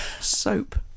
Soap